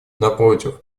напротив